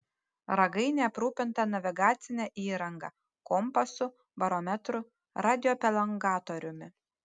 ragainė aprūpinta navigacine įranga kompasu barometru radiopelengatoriumi